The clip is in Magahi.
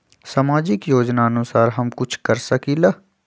सामाजिक योजनानुसार हम कुछ कर सकील?